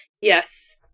Yes